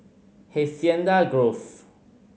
Hacienda Grove